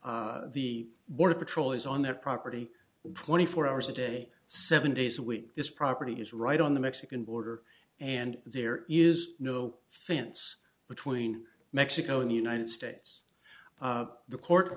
the border patrol is on their property twenty four hours a day seven days a week this property is right on the mexican border and there is no fence between mexico and the united states the court